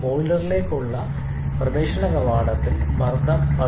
ബോയിലറിലേക്കുള്ള പ്രവേശന കവാടത്തിൽ മർദ്ദം 15